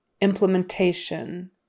Implementation